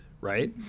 right